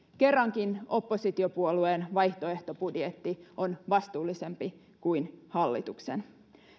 kerrankin oppositiopuolueen vaihtoehtobudjetti on vastuullisempi kuin hallituksen